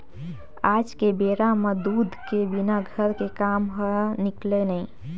आज के बेरा म दूद के बिना घर के काम ह निकलय नइ